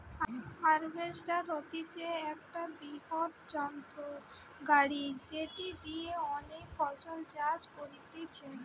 harvester হতিছে একটা বৃহত্তম যন্ত্র গাড়ি যেটি দিয়া অনেক ফসল চাষ করতিছে